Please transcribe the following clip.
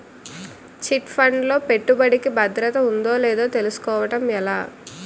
Chit fund లో పెట్టుబడికి భద్రత ఉందో లేదో తెలుసుకోవటం ఎలా?